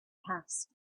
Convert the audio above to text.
passed